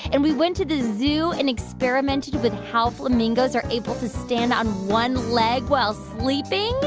and we went to the zoo and experimented with how flamingos are able to stand on one leg while sleeping?